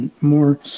more